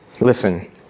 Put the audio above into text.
Listen